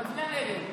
אתה מצביע נגד.